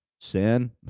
Sin